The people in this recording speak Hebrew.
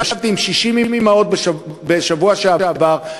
ישבתי עם 60 אימהות בשבוע שעבר,